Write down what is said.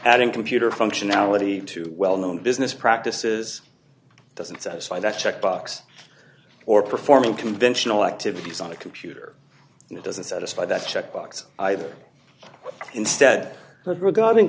that in computer functionality to well known business practices it doesn't satisfy that checkbox or performing conventional activities on a computer it doesn't satisfy that checkbox either instead of regarding